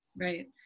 Right